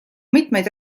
mitmeid